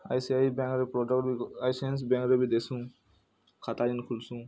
ଆଈ C I ବ୍ୟାଙ୍କ୍ରେ reporter I C I ବ୍ୟାଙ୍କ୍ରେ ବି ଦେସୁଁ ଖାତା ଯେନ୍ ଖୁଲ୍ସୁ